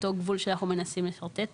אותו גבול שאנחנו מנסים לשרטט פה,